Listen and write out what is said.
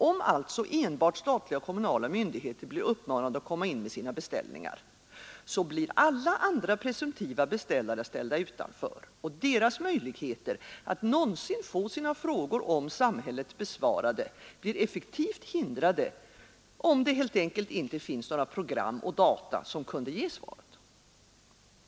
Om alltså enbart statliga och kommunala myndigheter blir uppmanade att komma in med sina beställningar, så blir alla andra presumtiva beställare ställda utanför, och deras möjligheter att någonsin få sina frågor om samhället besvarade blir effektivt hindrade, om det helt enkelt inte finns några program och data som kunde ge svaret.